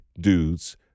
dudes